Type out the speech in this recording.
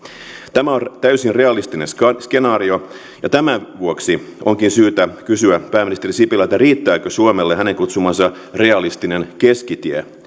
tämä on täysin realistinen skenaario ja tämän vuoksi onkin syytä kysyä pääministeri sipilältä riittääkö suomelle hänen kutsumansa realistinen keskitie